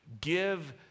Give